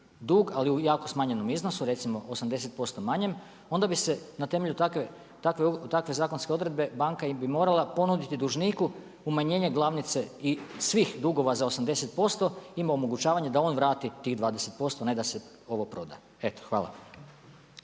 ali u jako smanjenom iznosu, recimo 80% manjem. Onda bi se na temelju takve zakonske odredbe, banka im bi morala ponuditi dužniku umanjenje glavnice i svih dugova za 80%, ima omogućavanje da on vrati tih 20%, a ne da se ovo proda. Eto, hvala.